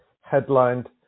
headlined